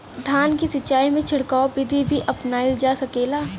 धान के सिचाई में छिड़काव बिधि भी अपनाइल जा सकेला?